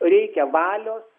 reikia valios